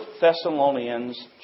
Thessalonians